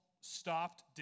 stopped